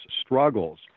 struggles